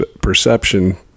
perception